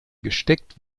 gesteckt